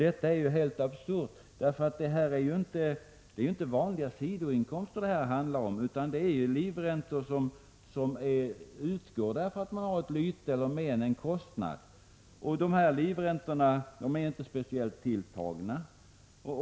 Detta är helt absurt, då det ju inte handlar om vanliga sidoinkomster utan om livräntor, som utgår därför att vederbörande har ett lyte eller ett men som medför kostnader. De här livräntorna är inte särskilt höga.